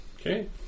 Okay